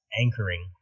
anchoring